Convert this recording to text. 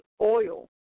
oil